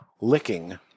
Licking